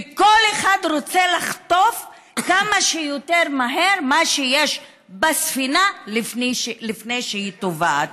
וכל אחד רוצה לחטוף כמה שיותר מהר מה שיש בספינה לפני שהיא טובעת.